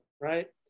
right